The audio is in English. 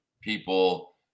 people